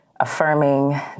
affirming